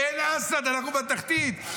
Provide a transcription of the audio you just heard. אין אסד, אנחנו בתחתית.